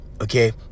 okay